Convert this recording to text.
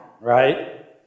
right